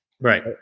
Right